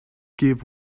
give